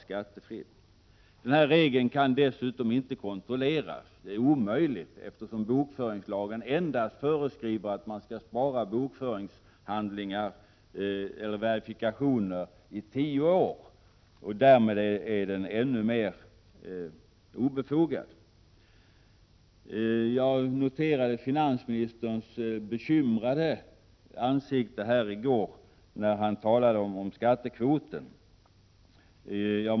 Efterlevnaden av den föreslagna regeln kan dessutom inte kontrolleras — det är omöjligt, eftersom bokföringslagen föreskriver att man endast skall spara verifikationer i tio år. Det gör regeln ännu mer obefogad. Jag noterade finansministerns bekymrade ansikte här i går när han talade om skattekvoten.